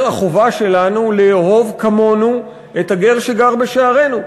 החובה שלנו לאהוב כמונו את הגר שגר בשערינו.